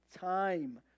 time